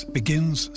begins